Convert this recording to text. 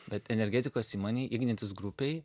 bet energetikos įmonėj ignitis grupėj